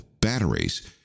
batteries